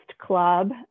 club